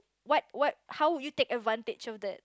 what what how would you take advantage of the